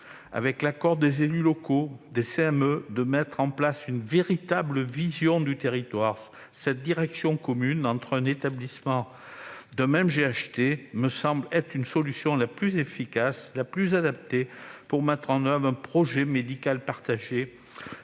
avec l'accord des élus locaux et des CME, de développer une vision cohérente du territoire. Cette direction commune entre établissements d'un même GHT me semble être la solution la plus efficace et la plus adaptée pour mettre en oeuvre un projet médical partagé